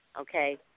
Okay